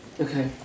Okay